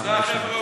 זוכר.